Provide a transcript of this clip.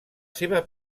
seva